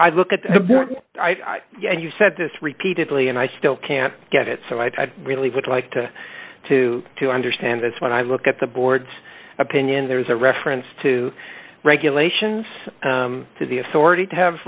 i look at the board and you've said this repeatedly and i still can't get it so i really would like to to to understand this when i look at the board's opinion there is a reference to regulations to the authority to have